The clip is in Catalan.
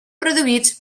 produïts